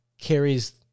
carries